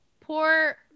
poor